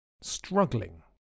Struggling